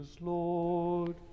Lord